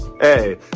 hey